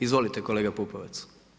Izvolite kolega PUpovac.